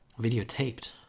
Videotaped